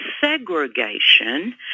segregation